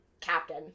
captain